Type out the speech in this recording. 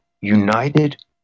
united